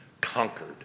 conquered